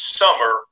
summer